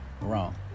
Wrong